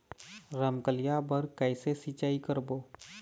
रमकलिया बर कइसे सिचाई करबो?